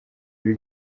ibi